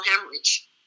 hemorrhage